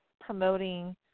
promoting